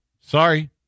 Sorry